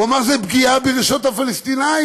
הוא אמר: זאת פגיעה ברגשות הפלסטינים.